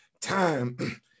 time